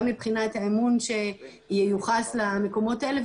גם מבחינת האמון שייוחס למקומות האלה,